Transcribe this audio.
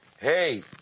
hey